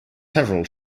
several